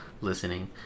listening